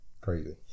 crazy